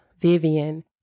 Vivian